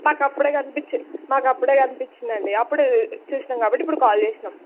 మాకు అప్పుడే కనిపించింది మాకు అప్పడే కనిపించింది అండి అప్పుడే చూసినాం కాబట్టి ఇప్పుడు కాల్ చేసినాం